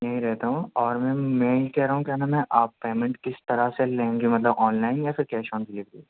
یہیں رہتا ہوں اور میم میں یہ کہہ رہا ہوں کیا نام ہے آپ پیمنٹ کس طرح سے لیں گی مطلب آن لائن یا پھر کیش آن ڈلیوری